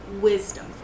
wisdom